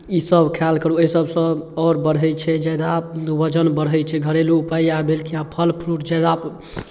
ईसभ खायल करू एहि सभसँ आओर बढ़ै छै ज्यादा वजन बढ़ै छै घरेलू उपाय इएह भेल कि अहाँ फल फ्रूट ज्यादा